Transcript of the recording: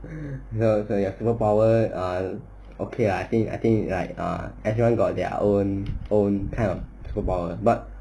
ya about superpower ah okay ah I think like ah everyone got their own own tell about what